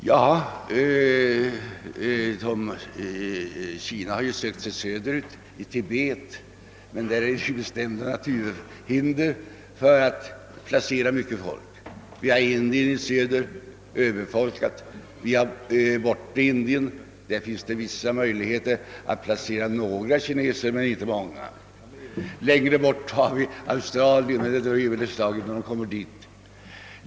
Ja, kineserna har sökt sig söderut till Tibet, men där finns det naturhinder som gör att man inte kan placera mycket människor i området. även Indien ligger söderut, men där råder överbefolkning. I Bortre Indien finns det vissa möjligheter att placera en del kineser, dock inte särskilt många. Ännu längre bort ligger Australien, men det lär väl dröja innan kineserna kommer så långt.